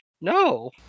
no